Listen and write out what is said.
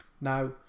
Now